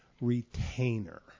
retainer